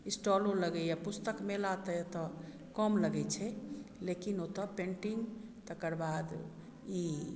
स्टालो लगैया पुस्तक मेला तऽ एतऽ कम लगै छै लेकिन ओतय पेन्टिंग तकर बाद ई